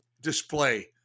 display